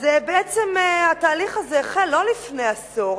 אז בעצם התהליך הזה החל לא לפני עשור.